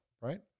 right